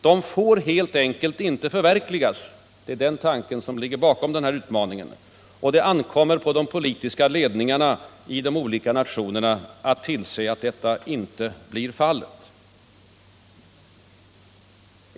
De får helt enkelt inte förverkligas. Det är den tanken som ligger bakom utmaningen, och det ankommer på de politiska ledningarna i de olika nationerna att tillse att detta inte blir fallet.